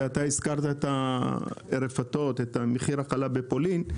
אתה הזכרת את הרפתות ואת מחיר החלב בפולין,